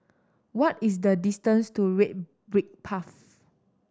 what is the distance to Red Brick Path